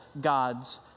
God's